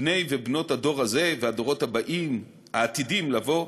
בני ובנות הדור הזה והדורות הבאים, העתידים לבוא,